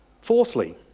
Fourthly